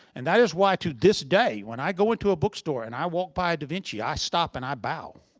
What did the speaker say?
and that is why, to this day, when i go into a bookstore and i walk by a da vinci, i stop and i bow.